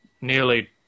nearly